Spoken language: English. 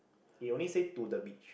it only say to the beach